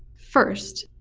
first,